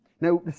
Now